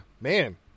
man